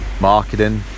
marketing